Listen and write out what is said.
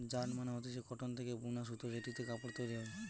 yarn মানে হতিছে cotton থেকে বুনা সুতো জেটিতে কাপড় তৈরী হয়